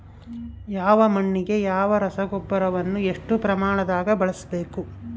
ಯಾವ ಮಣ್ಣಿಗೆ ಯಾವ ರಸಗೊಬ್ಬರವನ್ನು ಎಷ್ಟು ಪ್ರಮಾಣದಾಗ ಬಳಸ್ಬೇಕು?